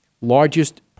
largest